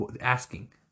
Asking